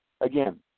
again